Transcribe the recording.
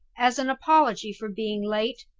as an apology for being late,